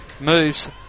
moves